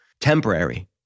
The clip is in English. Temporary